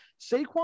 Saquon